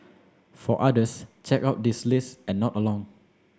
for others check out this list and nod along